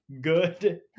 good